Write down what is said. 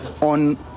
on